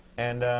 and